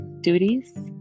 duties